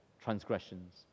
transgressions